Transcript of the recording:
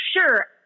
Sure